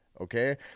Okay